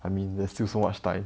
I mean there's still so much time